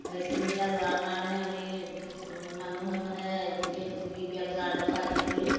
ভেকচিনকেইটা লোৱাৰ কাৰণে আমি মানুহে মানে বি পি এল কাৰ্ডৰ পৰা আদি কৰি